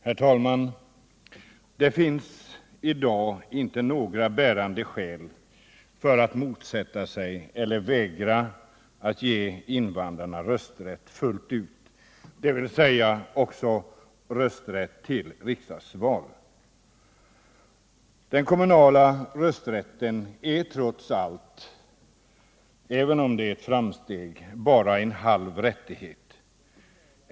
Herr talman! Det finns i dag inte några bärande skäl för att motsätta sig att ge invandrarna rösträtt fullt ut — dvs. också rösträtt till riksdagsval. Den kommunala rösträtten är trots allt — även om den är ett framsteg — bara en halv rättighet.